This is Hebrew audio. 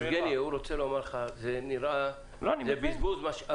יבגני, הוא רוצה לומר לך שזה בזבוז משאב.